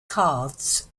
cards